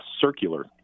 circular